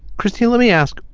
christine let me ask.